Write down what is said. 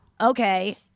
Okay